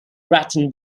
grattan